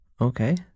Okay